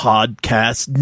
Podcast